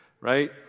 right